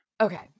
Okay